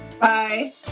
Bye